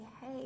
Hey